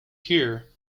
here